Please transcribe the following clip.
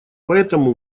поэтому